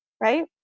right